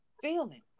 feeling